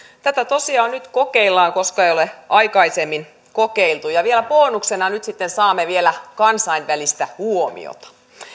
tätä tosiaan nyt kokeillaan koska ei ole aikaisemmin kokeiltu ja vielä bonuksena nyt sitten saamme kansainvälistä huomiota